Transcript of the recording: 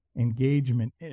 engagement